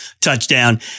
touchdown